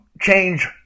change